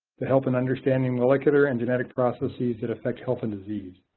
to help and understanding molecular and genetic processes that affect health and disease.